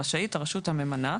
רשאית הרשות הממנה,